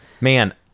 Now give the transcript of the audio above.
Man